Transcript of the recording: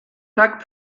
rhag